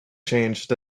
changed